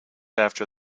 after